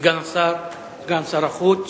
סגן השר, סגן שר החוץ